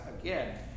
again